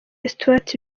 stuart